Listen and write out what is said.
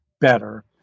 better